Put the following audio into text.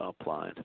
applied